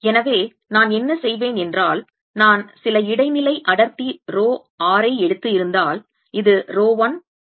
எனவே நான் என்ன செய்வேன் என்றால் நான் சில இடைநிலை அடர்த்தி ரோ r ஐ எடுத்து இருந்தால் இது rho 1 plus f rho 2 minus rho 1 ஆகும்